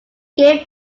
gave